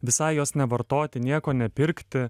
visai jos nevartoti nieko nepirkti